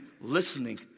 listening